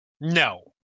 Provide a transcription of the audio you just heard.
No